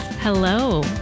Hello